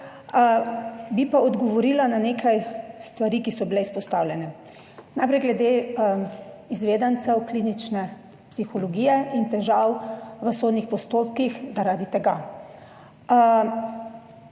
bi pa odgovorila na nekaj stvari, ki so bile izpostavljene. Najprej glede izvedencev klinične psihologije in težav v sodnih postopkih zaradi tega.